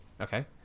Okay